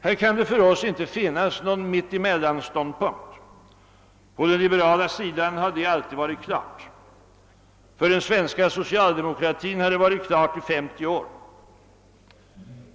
Här kan det för oss inte finnas någon mitt-emellan-ståndpunkt. På den liberala sidan har detta alltid varit klart. För den svenska socialdemokratin har det varit klart i 50 år.